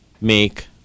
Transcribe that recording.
make